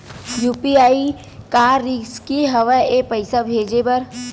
UPI का रिसकी हंव ए पईसा भेजे बर?